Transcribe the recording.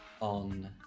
on